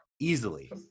easily